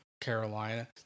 Carolina